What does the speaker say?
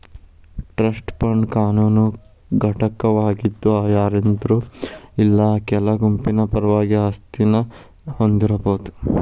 trust fund ಕಾನೂನು ಘಟಕವಾಗಿದ್ ಯಾರಾದ್ರು ಇಲ್ಲಾ ಕೆಲ ಗುಂಪಿನ ಪರವಾಗಿ ಆಸ್ತಿನ ಹೊಂದಬೋದು